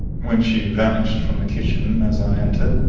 when she vanished from the kitchen as i entered